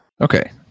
Okay